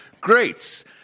greats